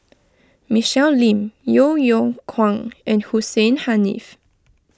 Michelle Lim Yeo Yeow Kwang and Hussein Haniff